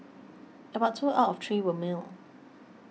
about two out of three were male